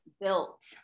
built